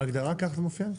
בהגדרה ככה זה מופיע?